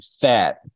fat